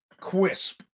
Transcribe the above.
Quisp